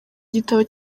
igitabo